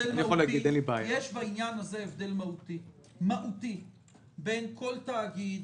יש בעניין הזה הבדל מהותי בין כל תאגיד,